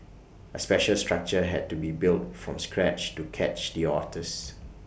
A special structure had to be built from scratch to catch the otters